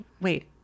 wait